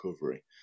recovery